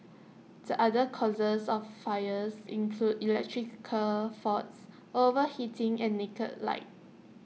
the other causes of fires include electrical faults overheating and naked light